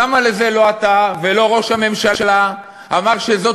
למה על זה לא אתה ולא ראש הממשלה אמרתם שזאת